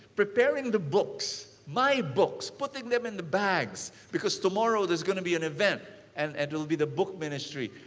preparing the books, my books. putting them in the bags because tomorrow there's gonna be an event and it'll be the book ministry.